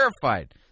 Terrified